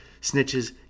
Snitches